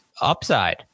upside